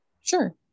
Sure